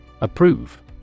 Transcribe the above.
Approve